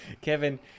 Kevin